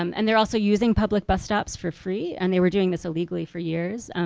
um and they're also using public bus stops for free and they were doing this illegally for years.